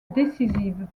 décisive